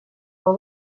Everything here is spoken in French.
dans